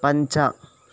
पञ्च